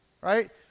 Right